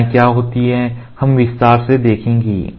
शाखाएं क्या होती हैं हम विस्तार से देखेंगे